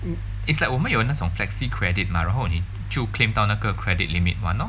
it's like 我们有那种 flexi credit mah 然后你就 claim 到那个 credit limit 完 lor